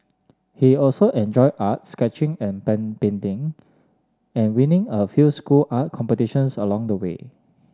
he also enjoyed art sketching and painting and winning a few school art competitions along the way